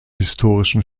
historischen